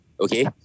okay